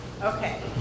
Okay